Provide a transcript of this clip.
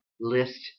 list